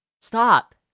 Stop